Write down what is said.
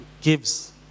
gives